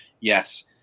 yes